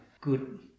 good